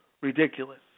ridiculous